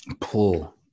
pull